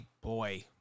boy